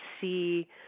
see